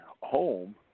home